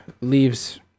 leaves